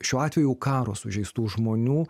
šiuo atveju karo sužeistų žmonių